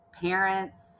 parents